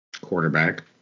Quarterback